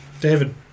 David